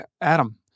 Adam